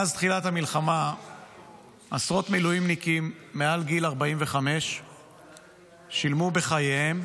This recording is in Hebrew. מאז תחילת המלחמה עשרות מילואימניקים מעל גיל 45 שילמו בחייהם,